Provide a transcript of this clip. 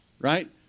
right